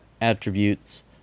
attributes